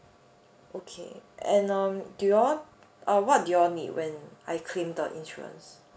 okay and um do you all uh what do you all need when I claim the insurance